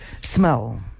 smell